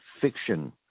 fiction